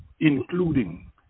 including